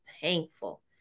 painful